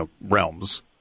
realms